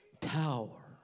tower